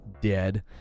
dead